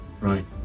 Right